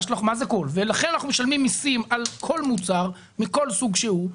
לכן אנחנו משלמים מיסים על כל מוצר מכל סוג שהוא.